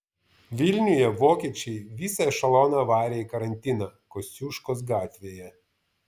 vilniuje vokiečiai visą ešeloną varė į karantiną kosciuškos gatvėje